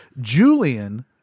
Julian